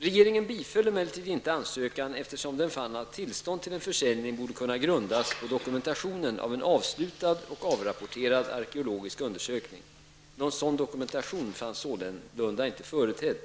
Regeringen biföll emellertid inte ansökan, eftersom den fann att tillstånd till en försäljning borde kunna grundas på dokumentation av en avslutad och avrapporterad arkeologisk undersökning. Någon sådan dokumentation fanns sålunda inte företedd.